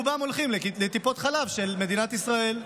רובם הולכים לטיפות חלב של מדינת ישראל.